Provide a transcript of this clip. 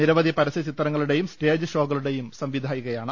നിരവധി പരസ്യ ചിത്രങ്ങളുടെയും സ്റ്റേജ് ഷോകളുടെയും സംവിധായികയാണ്